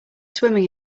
swimming